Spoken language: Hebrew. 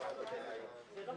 הישיבה